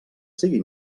sigui